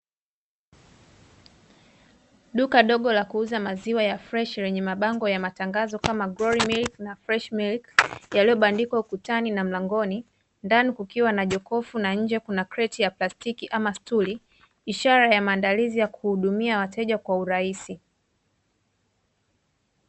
Duka dogo la kuuza maziwa ya fresh lenye mabango ya matangazo kama Glory Milk na Fresh Milk yaliyobandikwa ukutani na mlangoni. Ndani kukiwa na jokofu, na nje kuna kreti ya plastiki ama stuli, ishara ya maandalizi ya kuhudumia wateja kwa urahisi.